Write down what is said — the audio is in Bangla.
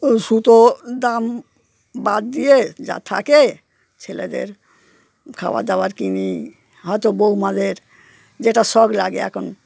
ও সুতোর দাম বাদ দিয়ে যা থাকে ছেলেদের খাবার দাবার কিনি হয়তো বৌমাদের যেটা শখ লাগে এখন